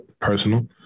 personal